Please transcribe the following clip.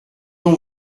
ont